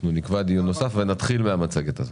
אנחנו נקבע דיון נוסף ונתחיל מהמצגת הזאת.